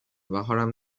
بهارم